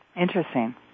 Interesting